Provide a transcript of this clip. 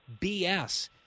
BS